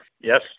yes